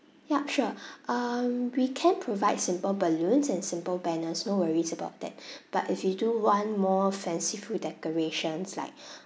yup sure um we can provide simple balloons and simple banners no worries about that but if you do want more fanciful decorations like